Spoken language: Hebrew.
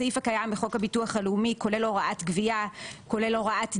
הסעיף הקיים בחוק הביטוח הלאומי כולל הוראת גבייה כולל הוראת דיווח,